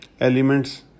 elements